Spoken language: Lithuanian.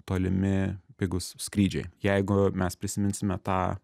tolimi pigūs skrydžiai jeigu mes prisiminsime tą